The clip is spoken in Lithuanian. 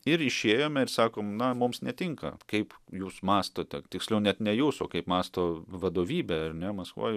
ir išėjome ir sakom na mums netinka kaip jūs mąstote tiksliau net ne jūs o kaip mąsto vadovybė ar ne maskvoj